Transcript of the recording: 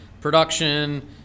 production